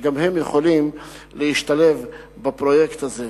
שגם הם יכולים להשתלב בפרויקט הזה.